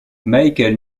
michael